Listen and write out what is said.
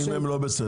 אם הם לא בסדר,